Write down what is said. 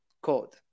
code